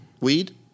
Weed